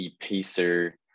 pacer